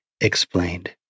explained